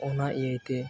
ᱚᱱᱟ ᱤᱭᱟᱹᱛᱮ